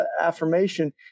affirmation